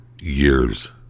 years